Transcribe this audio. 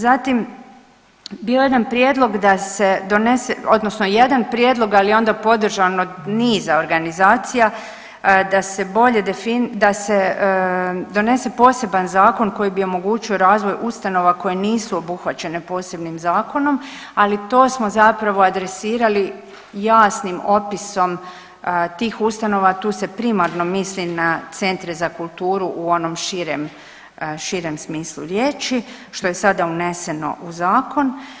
Zatim, bio je jedan prijedlog da se donese, odnosno jedan prijedlog, ali je onda podržan od niza organizacija da se bolje .../nerazumljivo/... da se donese poseban zakon koji bi omogućio razvoj ustanova koje nisu obuhvaćene posebnim zakonom, ali to smo zapravo adresirali jasnim opisom tih ustanova, tu se primarno misli na centre za kulturu u onom širem smislu riječi, što je sada uneseno u Zakon.